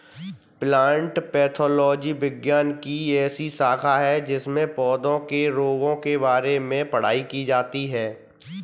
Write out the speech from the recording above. plant pathology विज्ञान की ऐसी शाखा है जिसमें पौधों के रोगों के बारे में पढ़ाई की जाती है